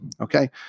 Okay